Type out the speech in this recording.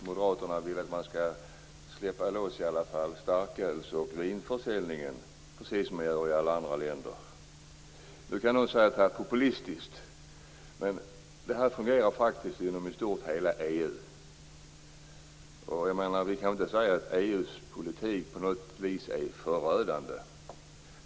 Moderaterna vill att man skall släppa loss åtminstone starköls och vinförsäljningen, precis som i övriga EU-länder. Det kan tyckas att detta är populistiskt, men det fungerar i stort sett inom hela EU. Vi kan inte på något vis säga att EU:s politik är förödande.